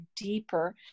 deeper